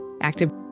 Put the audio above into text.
active